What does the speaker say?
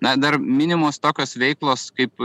na dar minimos tokios veiklos kaip